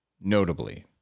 notably